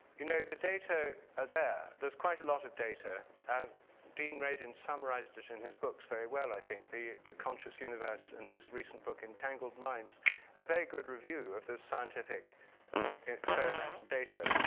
you know, the data are there. there's quite a lot of data and dean radin summarized it in his books very well, i think. the the conscious universe and his recent book, entangled minds are very good review of the scientific experimental data.